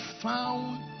found